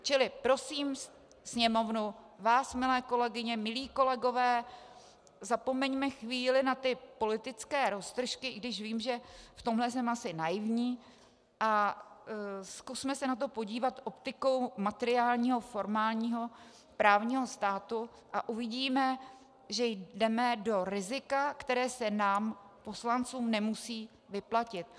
Čili prosím Sněmovnu, vás milé kolegyně, milí kolegové, zapomeňme chvíli na ty politické roztržky i když vím, že v tomhle jsem asi naivní a zkusme se na to podívat optikou materiálního formálního právního státu a uvidíme, že jdeme do rizika, které se nám poslancům nemusí vyplatit.